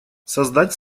создать